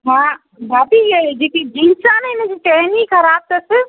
हा भाभी इहा जेकी जींस आहे न हिनजी चैन ई ख़राबु अथसि